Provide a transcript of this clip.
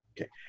Okay